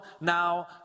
now